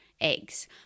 eggs